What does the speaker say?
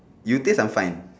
you taste I'm fine